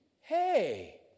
Hey